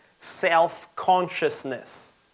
self-consciousness